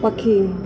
पखी